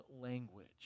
language